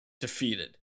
Defeated